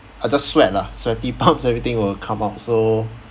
I just sweat lah sweaty palms everything will come out so